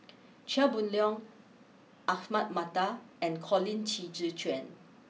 Chia Boon Leong Ahmad Mattar and Colin Qi Zhe Quan